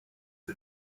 the